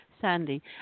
Sandy